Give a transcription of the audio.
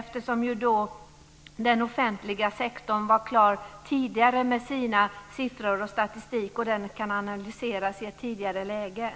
Då skulle den offentliga sektorn var klar tidigare med sina siffror och sin statistik, och det skulle kunna analyseras i ett tidigare skede.